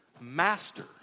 master